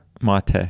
Mate